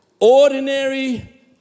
Ordinary